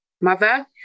mother